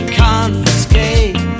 confiscate